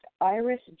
Iris